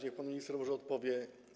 Niech pan minister może odpowie.